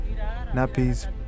nappies